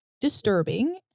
disturbing